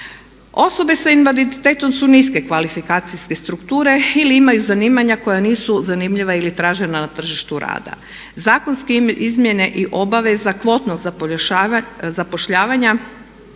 Osobe sa invaliditetom su niske kvalifikacijske strukture ili imaju zanimanja koja nisu zanimljiva ili tražena na tržištu rada. Zakonske izmjene i obveza kvotnog zapošljavanja